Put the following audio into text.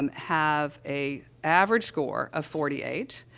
um have a average score of forty eight,